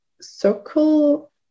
circle